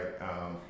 right